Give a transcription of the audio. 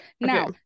Now